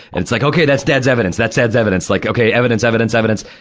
and it's like, okay, that's dad's evidence. that's dad's evidence. like, okay, evidence, evidence, evidence.